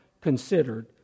considered